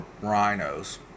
rhinos